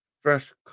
Fresh